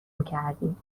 کردیم